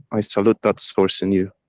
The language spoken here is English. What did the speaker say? i salute that source in you.